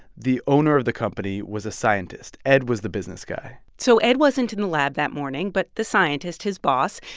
the owner of the company, was a scientist. ed was the business guy so ed wasn't in the lab that morning, but the scientist, his boss,